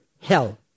hell